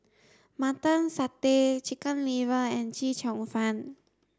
mutton satay chicken liver and Chee Cheong fun